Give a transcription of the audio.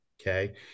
Okay